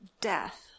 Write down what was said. death